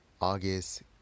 August